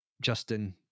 justin